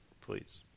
Please